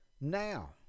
now